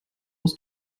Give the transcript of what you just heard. aus